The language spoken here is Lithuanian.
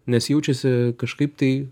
nes jaučiasi kažkaip tai